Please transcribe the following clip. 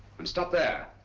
and stop there.